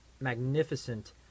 magnificent